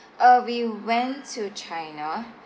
uh we went to china